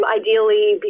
ideally